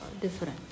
different